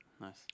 nice